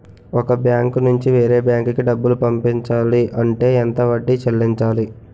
ఒక బ్యాంక్ నుంచి వేరే బ్యాంక్ కి డబ్బులు పంపించాలి అంటే ఎంత వడ్డీ చెల్లించాలి?